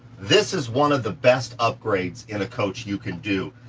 this is one of the best upgrades in a coach you can do,